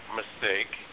mistake